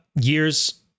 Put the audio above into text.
years